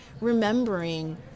remembering